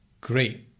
Great